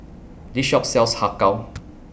This Shop sells Har Kow